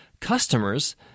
customers